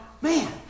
man